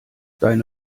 deine